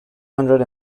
hundred